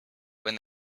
when